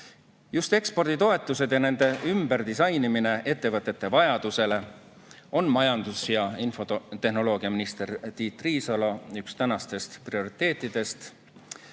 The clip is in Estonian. Just eksporditoetused ja nende ümberdisainimine vastavalt ettevõtete vajadusele on üks majandus‑ ja infotehnoloogiaminister Tiit Riisalo tänaseid prioriteete